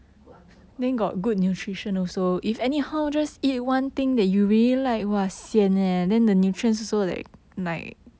good answer good answer